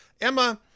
Emma